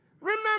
Remember